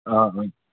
অঁ অঁ